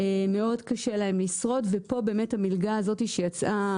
מאוד קשה להם לשרוד ופה באמת המילגה הזאת שיצאה,